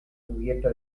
cubierta